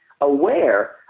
aware